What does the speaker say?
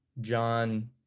John